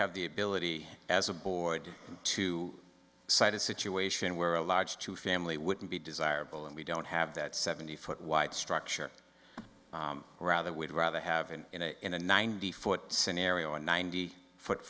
have the ability as a board to site a situation where a large two family wouldn't be desirable and we don't have that seventy foot wide structure rather we'd rather have it in a ninety foot scenario ninety foot